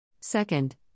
Second